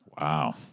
Wow